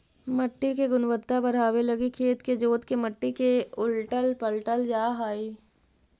मट्टी के गुणवत्ता बढ़ाबे लागी खेत के जोत के मट्टी के उलटल पलटल जा हई